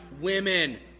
Women